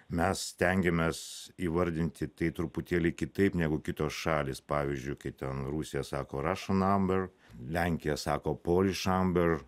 mes stengiamės įvardinti tai truputėlį kitaip negu kitos šalys pavyzdžiui kaip ten rusija sako russian amber lenkija sako polish amber